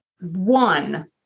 one